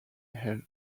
hell